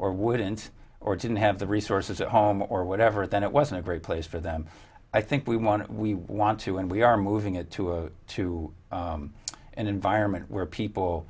or wouldn't or didn't have the resources at home or whatever then it wasn't a great place for them i think we want we want to and we are moving it to to an environment where people